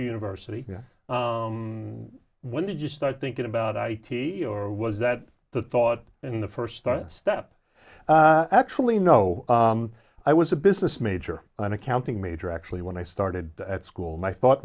university when did you start thinking about i t or was that the thought in the first star step actually no i was a business major an accounting major actually when i started at school my thought